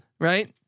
Right